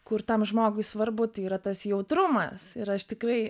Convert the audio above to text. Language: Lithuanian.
kur tam žmogui svarbu tai yra tas jautrumas ir aš tikrai